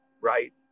right